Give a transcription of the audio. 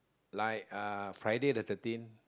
like uh Friday the thirteenth